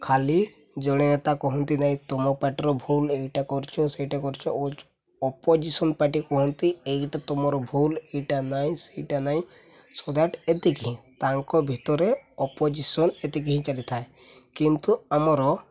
ଖାଲି ଜଣେ ତା' କହନ୍ତି ନାହିଁ ତୁମ ପାର୍ଟିର ଭୁଲ ଏଇଟା କରୁଛ ସେଇଟା କରିଛ ଓ ଅପୋଜିସନ୍ ପାର୍ଟି କୁହନ୍ତି ଏଇଟା ତୁମର ଭୁଲ ଏଇଟା ନାହିଁ ସେଇଟା ନାହିଁ ସୋ ଦ୍ୟାଟ୍ ଏତିକି ହିଁ ତାଙ୍କ ଭିତରେ ଅପୋଜିସନ୍ ଏତିକି ହିଁ ଚାଲିଥାଏ କିନ୍ତୁ ଆମର